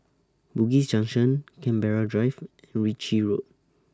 Bugis Junction Canberra Drive and Ritchie Road